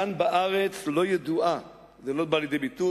כאן בארץ היא לא ידועה, זה לא בא לידי ביטוי.